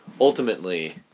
ultimately